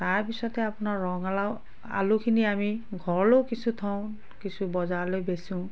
তাৰ পিছতে আপোনাৰ ৰঙালাও আলুখিনি আমি ঘৰলৈও কিছু থওঁ কিছু বজাৰলৈ বেচোঁ